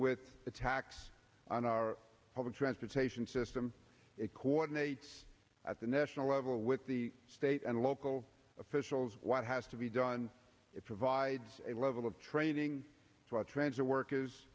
attacks on our public transportation system it coordinates at the national level with the state and local officials what has to be done it provides a level of training to our transit workers